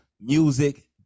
music